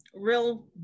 real